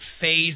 phase